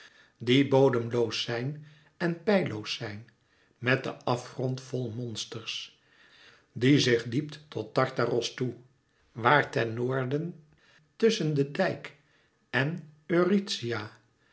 die bodemloos zijn en peilloos zijn met den afgrond vol monsters die zich diept tot tartaros toe waar ten noorden tusschen den dijk en eurythia